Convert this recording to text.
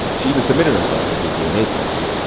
she even submitted herself to a dna test